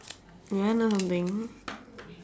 you want know something